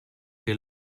che